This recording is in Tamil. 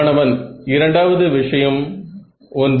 மாணவன் இரண்டாவது விஷயம் ஒன்று